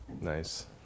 Nice